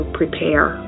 prepare